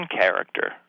character